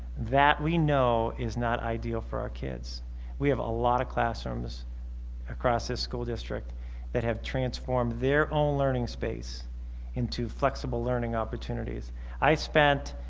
that we know is not ideal for our kids we have a lot of classrooms across this school district that have transformed their own learning space into flexible learning opportunities i spent